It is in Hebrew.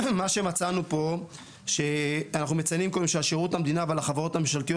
מה שמצאנו פה שאנחנו מציינים קודם שעל שירות המדינה ועל החברות הממשלתיות